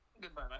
goodbye